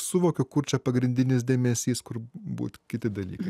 suvokiu kur čia pagrindinis dėmesys kur būt kiti dalykai